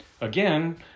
again